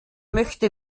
möchte